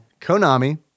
Konami